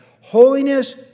Holiness